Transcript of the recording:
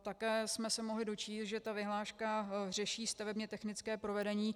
Také jsme se mohli dočíst, že vyhláška řeší stavebnětechnické provedení.